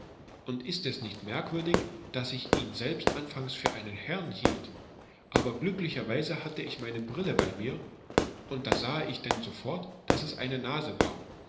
und ist es nicht merkwürdig daß ich selbst anfangs sie für einen herrn hielt aber glücklicherweise hatte ich meine brille bei mir und da sah ich denn sofort daß es eine nase war